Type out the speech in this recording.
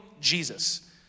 Jesus